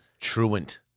Truant